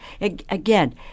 again